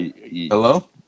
hello